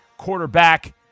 Quarterback